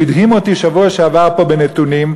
הוא הדהים אותי בשבוע שעבר פה בנתונים,